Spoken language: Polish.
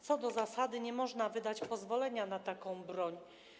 Co do zasady nie można wydać pozwolenia na taką broń.